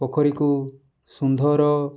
ପୋଖରୀକୁ ସୁନ୍ଦର